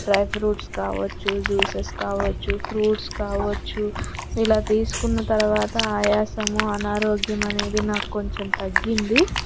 dry fruits కావచ్చు juices కావచ్చు fruits కావచ్చు ఇలా తీసుకున్న తర్వాత ఆయాసము అనారోగ్యం అనేది నాకు కొంచెం తగ్గింది